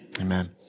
Amen